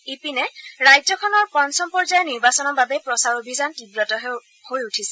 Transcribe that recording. ইপিনে ৰাজ্যখনৰ পঞ্চম পৰ্য্যায়ৰ নিৰ্বাচনৰ বাবে প্ৰচাৰ অভিযান তীৱতৰ হৈ উঠিছে